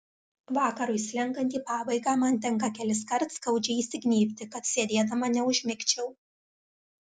vakarui slenkant į pabaigą man tenka keliskart skaudžiai įsignybti kad sėdėdama neužmigčiau